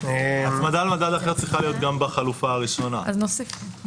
הצמדה למדד אחר צריכה להיות גם בחלופה הראשונה -- אז נוסיף.